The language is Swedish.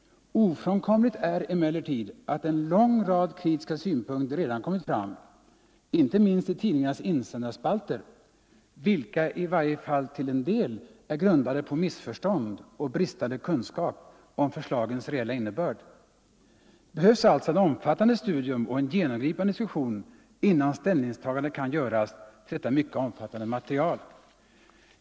Ofrånkomligt är emellertid att en lång rad kritiska synpunkter redan kommit fram — inte minst i tidningarnas insändarspalter — vilka i varje fall till en del är grundade på missförstånd och bristande kunskap om förslagens reella innebörd. Det behövs alltså ett omfattande studium och en genomgripande diskussion innan ställningstagande kan göras till detta mycket omfattande material.